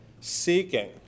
seeking